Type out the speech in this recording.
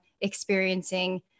experiencing